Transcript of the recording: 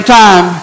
time